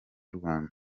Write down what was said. rwanda